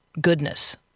Goodness